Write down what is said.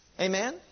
Amen